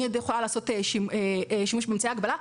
אני יכולה לעשות שימוש באמצעי הגבלה,